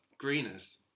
Greeners